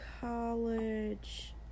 college